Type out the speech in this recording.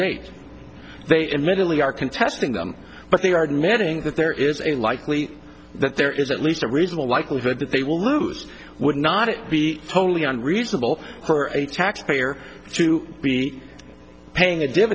they admittedly are contesting them but they are demanding that there is a likely that there is at least a reasonable likelihood that they will lose would not it be totally unreasonable for a taxpayer to be paying a